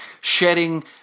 shedding